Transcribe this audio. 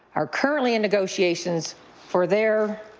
are currently in negotiations for their